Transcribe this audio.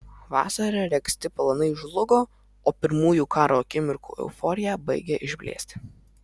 vasarą regzti planai žlugo o pirmųjų karo akimirkų euforija baigė išblėsti